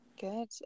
Good